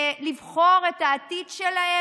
לבחור את העתיד שלהם,